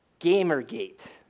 Gamergate